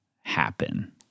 happen